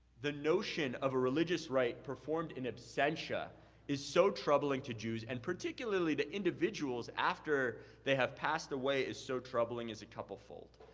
the notion of a religious rite performed in absentia is so troubling to jews, and particularly the individuals after they have passed away is so troubling is a couplefold.